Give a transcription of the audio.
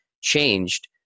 changed